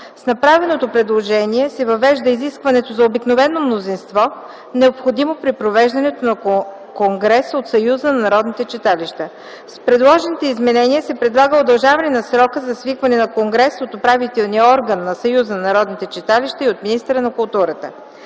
С направеното предложение се въвежда изискването за обикновено мнозинство, необходимо при провеждането на конгрес от Съюза на народните читалища. С предложените изменения се предлага удължаване на срока за свикване на конгрес от управителния орган на Съюза на народните читалища и от министъра на културата.